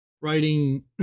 writing